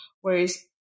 Whereas